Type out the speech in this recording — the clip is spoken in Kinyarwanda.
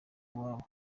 iwabo